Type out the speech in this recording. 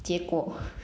结果